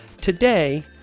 today